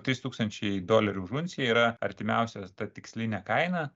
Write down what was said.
trys tūkstančiai dolerių už unciją yra artimiausia ta tikslinė kaina